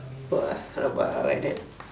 rabak !wah! rabak ah like that